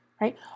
right